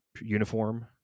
uniform